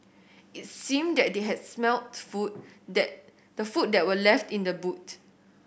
it seemed that they had smelt the food that the food that were left in the boot